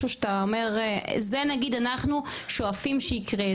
על משהו שאתה אומר זה נגיד אנחנו שואפים שיקרה,